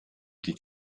die